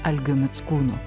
algiu mickūnu